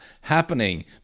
happening